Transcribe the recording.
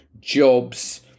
jobs